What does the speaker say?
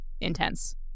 intense